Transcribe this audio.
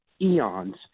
eons